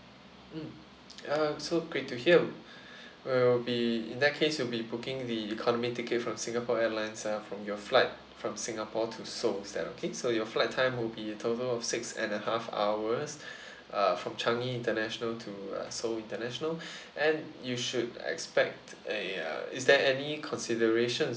hmm um so great to hear um we'll be in that case we'll be booking the economy ticket from singapore airlines uh from your flight from singapore to seoul is that okay so your flight time will be a total of six and a half hours uh from changi international to uh seoul international and you should expect a err is there any considerations